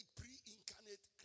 pre-incarnate